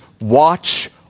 watch